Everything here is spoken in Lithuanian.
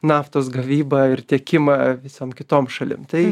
naftos gavybą ir tiekimą visom kitom šalim tai